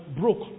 broke